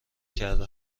کرده